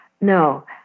no